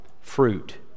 fruit